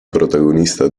protagonista